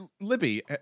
Libby